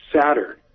Saturn